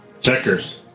Checkers